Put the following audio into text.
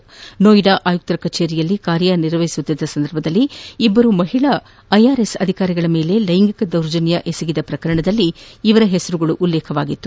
ಅಲ್ಲದೆ ನೋಯ್ಡಾದ ಆಯುಕ್ತರ ಕಚೇರಿಯಲ್ಲಿ ಕಾರ್ಯನಿರ್ವಹಿಸುತ್ತಿದ್ದ ಸಂದರ್ಭದಲ್ಲಿ ಇಬ್ಬರು ಮಹಿಳಾ ಐಆರ್ಎಸ್ ಅಧಿಕಾರಿಗಳ ಮೇಲೆ ಲೈಂಗಿಕ ದೌರ್ಜನ್ಯ ಪ್ರಕರಣದಲ್ಲಿ ಇವರ ಹೆಸರುಗಳು ಉಲ್ಲೇಖಿಸಲಾಗಿತ್ತು